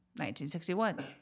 1961